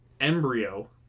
embryo